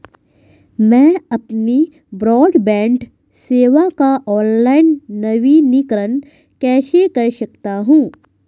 मैं अपनी ब्रॉडबैंड सेवा का ऑनलाइन नवीनीकरण कैसे कर सकता हूं?